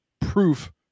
proof